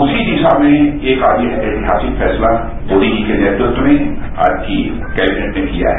उसी दिया में एक आज ऐतिहासिक फैसला मोदी जी के नेतृत्व में आजकी कैंदिनेट ने किया है